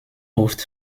oft